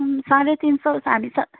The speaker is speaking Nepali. साँढे तिन सय खालि छ